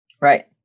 Right